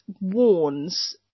warns